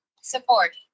Support